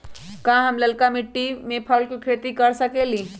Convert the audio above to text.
का हम लालका मिट्टी में फल के खेती कर सकेली?